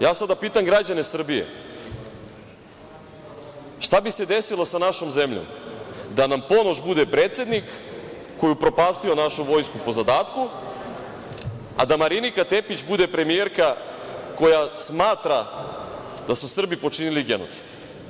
Ja sada pitam građane Srbije - šta bi se desilo sa našom zemljom da nam Ponoš bude predsednik koji je upropastio našu vojsku po zadatku, a da Marinika Tepić bude premijerka koja smatra da su Srbi počinili genocid?